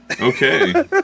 Okay